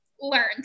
learned